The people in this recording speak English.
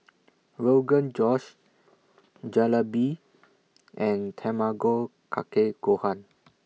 Rogan Josh Jalebi and Tamago Kake Gohan